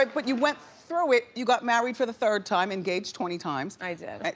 like but you went through it, you got married for the third time, engaged twenty times. i did.